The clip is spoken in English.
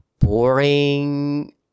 Boring